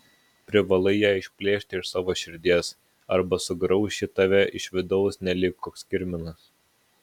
privalai ją išplėšti iš savo širdies arba sugrauš ji tave iš vidaus nelyg koks kirminas